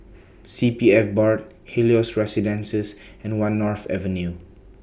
C P F Board Helios Residences and one North Avenue